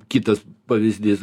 kitas pavyzdys